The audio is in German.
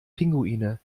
pinguine